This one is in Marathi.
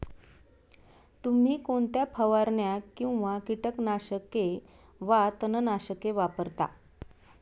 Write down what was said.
तुम्ही कोणत्या फवारण्या किंवा कीटकनाशके वा तणनाशके वापरता?